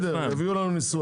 בסדר, הם יביאו לנו ניסוח.